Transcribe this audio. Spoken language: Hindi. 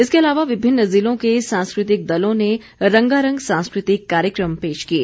इसके अलावा विभिन्न जिलों के सांस्कृतिक दलों ने रंगारंग सांस्कृतिक कार्यक्रम पेश किए